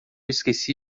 esqueci